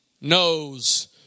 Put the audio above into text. knows